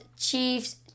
Chiefs